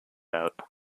out